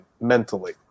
mentally